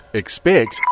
expect